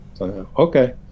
Okay